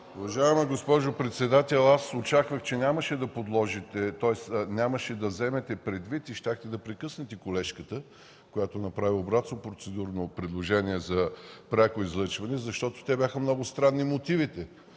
Уважаема госпожо председател, очаквах, че нямаше да вземете предвид и щяхте да прекъснете колежката, която направи обратно процедурно предложение за пряко излъчване, защото мотивите бяха много странни – тъй